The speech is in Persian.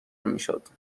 میشد